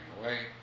away